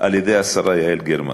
על-ידי השרה יעל גרמן.